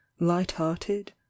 Light-hearted